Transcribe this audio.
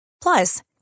Plus